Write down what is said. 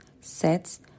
sets